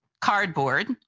Cardboard